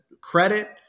credit